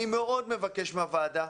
אני מאוד מבקש מהוועדה,